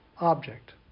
object